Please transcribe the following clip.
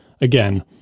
again